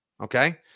okay